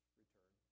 return